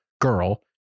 girl